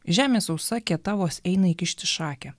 žemė sausa kieta vos eina įkišti šakę